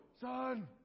Son